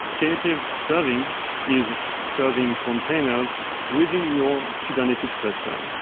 knative serving is serving containers within your kubernetes cluster. um